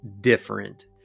different